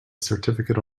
certificate